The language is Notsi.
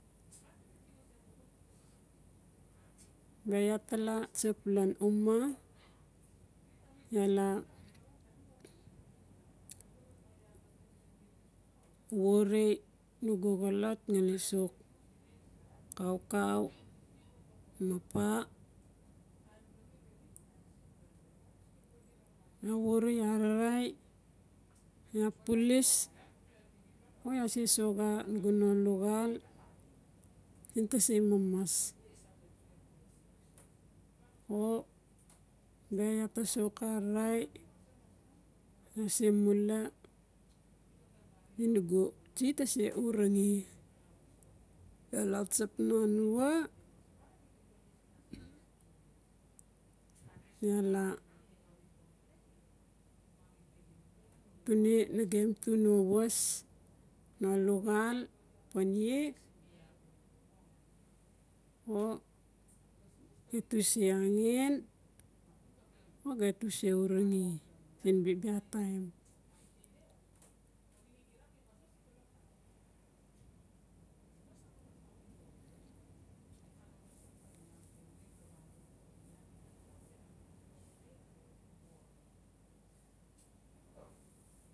Bia iaa ta laa tsap lan uma iaa laa wore nugu xolot ngali sok kaukau no paa iaa wore ararai iaa pulis o iaa se soxa nugu no luxaal siin tase mamas. O bia iaa ta sok ararai iaa se mula mi nugu tsie tase urange iaa laa tsap nanua iaa laa tuni na gem pu no waas no luxaal pan iee o getu se angen o getu se urange siin bia taim